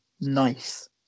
nice